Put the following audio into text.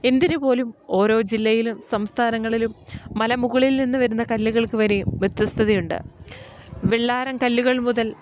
എന്തിന് പോലും ഓരോ ജില്ലയിലും സംസ്ഥാനങ്ങളിലും മലമുകളിൽ നിന്ന് വരുന്ന കല്ലുകൾക്ക് വരെ വ്യത്യസ്ഥതയുണ്ട് വെള്ളാരം കല്ലുകൾ മുതൽ